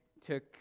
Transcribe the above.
took